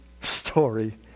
story